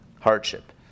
hardship